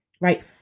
Right